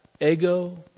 ego